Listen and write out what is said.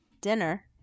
dinner